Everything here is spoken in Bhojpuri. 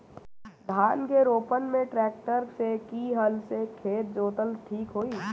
धान के रोपन मे ट्रेक्टर से की हल से खेत जोतल ठीक होई?